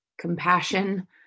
compassion